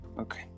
Okay